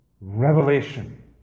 revelation